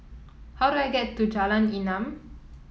how do I get to Jalan Enam